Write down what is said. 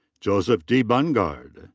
joseph d. bungard.